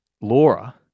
Laura